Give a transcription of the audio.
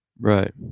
Right